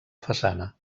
façana